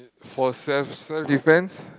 for self self defense